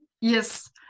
Yes